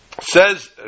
Says